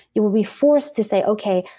you will be forced to say okay,